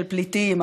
של פליטים,